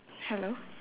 hello